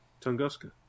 Tunguska